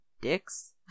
dicks